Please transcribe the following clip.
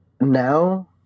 now